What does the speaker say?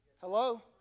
Hello